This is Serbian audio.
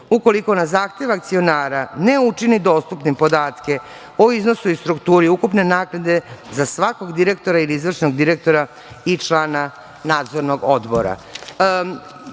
ukoliko na zahtev akcionara ne učini dostupnim podatke o iznosu i strukturi ukupne naknade za svakog direktora ili izvršnog direktora i člana Nadzornog